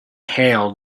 hailed